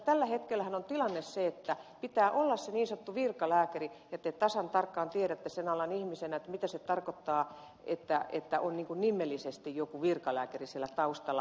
tällä hetkellähän on tilanne se että pitää olla se niin sanottu virkalääkäri ja te tasan tarkkaan sen alan ihmisenä tiedätte mitä se tarkoittaa että on nimellisesti joku virkalääkäri siellä taustalla